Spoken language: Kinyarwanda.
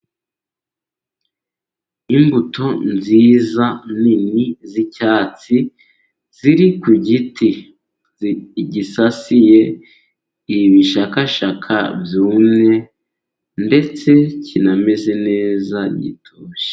Imbuto nziza nini z'icyatsi, ziri ku giti gisasiye ibishakashaka byumye ndetse kinameze neza gitoshye.